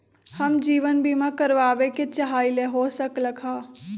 हम जीवन बीमा कारवाबे के चाहईले, हो सकलक ह?